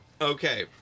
okay